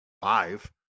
five